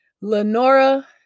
Lenora